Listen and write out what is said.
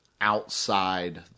outside